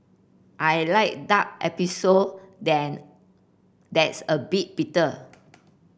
I like dark espresso than that's a bit bitter